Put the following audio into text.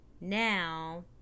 now